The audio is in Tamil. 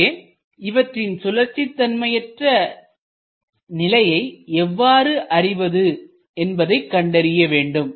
எனவே இவற்றின் சுழற்சிதன்மையற்ற நிலையை எவ்வாறு அறிவது என்பதை கண்டறிய வேண்டும்